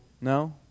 No